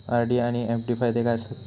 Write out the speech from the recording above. RD आनि FD फायदे काय आसात?